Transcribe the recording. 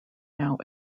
now